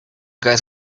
guys